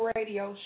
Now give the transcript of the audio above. Radio